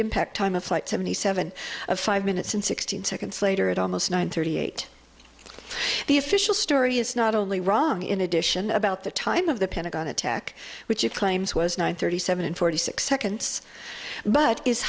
impact time of flight seventy seven of five minutes and sixteen seconds later at almost nine thirty eight the official story is not only wrong in addition about the time of the pentagon attack which it claims was nine thirty seven and forty six seconds but is